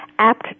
Apt